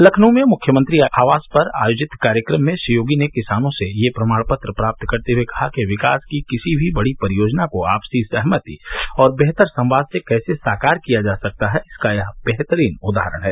लखनऊ में मुख्यमंत्री आवास पर आयोजित कार्यक्रम में श्री योगी ने किसानों से ये प्रमाणपत्र प्राप्त करते हुए कहा कि विकास की किसी भी बड़ी परियोजना को आपसी सहमति और बेहतर संवाद से कैसे साकार किया जा सकता है इसका यह बेहतरीन उदाहरण है